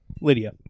Lydia